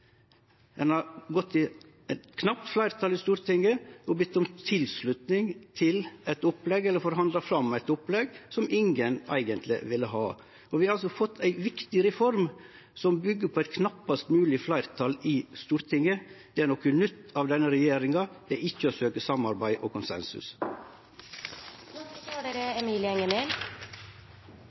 Ein har gått til eit knapt fleirtal i Stortinget og bedt om tilslutning til eit opplegg – eller har forhandla fram eit opplegg – som ingen eigentleg ville ha. Vi har altså fått ei viktig reform som byggjer på eit knappast mogleg fleirtal i Stortinget. Det er noko nytt frå denne regjeringa. Det er ikkje å søkje samarbeid og konsensus.